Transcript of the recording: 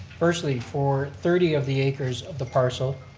firstly, for thirty of the acres of the parcel,